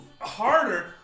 harder